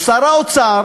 או שר האוצר,